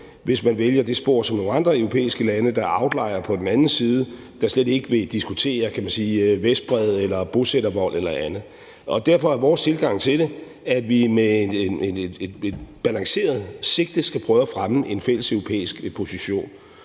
hvis man vælger det spor, som nogle andre europæiske lande, der er outliere på den anden side, vælger ved slet ikke at ville diskutere Vestbredden, bosættervold eller andet. Derfor er vores tilgang til det, at vi med et balanceret sigte skal prøve at fremme en fælleseuropæisk position.